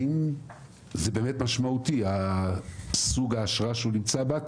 האם זה באמת משמעותי סוג האשרה שהוא נמצא בה?